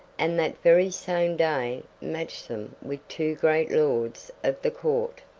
and that very same day matched them with two great lords of the court.